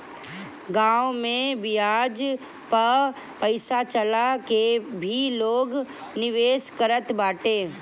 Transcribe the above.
गांव में बियाज पअ पईसा चला के भी लोग निवेश करत बाटे